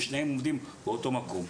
ושניהם עובדים באותו מקום.